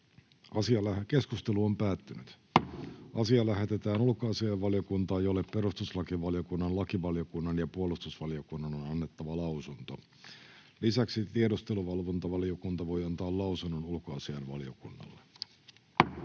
ehdottaa, että asia lähetetään ulkoasiainvaliokuntaan, jolle perustuslakivaliokunnan, lakivaliokunnan ja puolustusvaliokunnan on annettava lausunto. Lisäksi tiedusteluvalvontavaliokunta voi antaa lausunnon ulkoasiainvaliokunnalle.